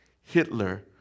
Hitler